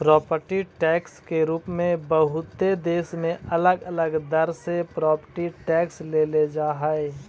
property tax के रूप में बहुते देश में अलग अलग दर से प्रॉपर्टी टैक्स लेल जा हई